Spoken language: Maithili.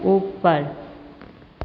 ऊपर